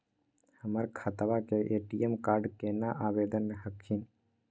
हमर खतवा के ए.टी.एम कार्ड केना आवेदन हखिन?